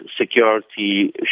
security